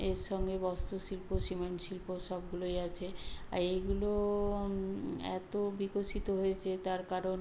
এর সঙ্গে বস্ত্র শিল্প সিমেন্ট শিল্প সবগুলোই আছে আর এইগুলো এতো বিকশিত হয়েছে তার কারণ